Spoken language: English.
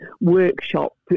workshop